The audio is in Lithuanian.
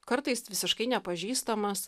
kartais visiškai nepažįstamas